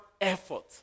effort